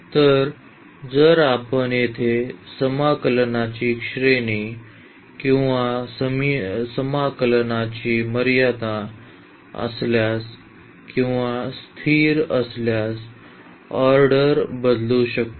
तर जर आपण येथे समाकलनाची श्रेणी किंवा समाकलनाची मर्यादा असल्यास किंवा स्थिर असल्यास ऑर्डर बदलू शकतो